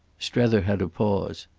strether had a pause.